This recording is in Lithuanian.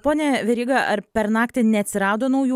pone veryga ar per naktį neatsirado naujų